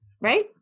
right